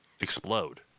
explode